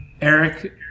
Eric